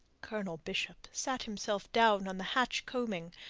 colonel bishop sat himself down on the hatch-coaming,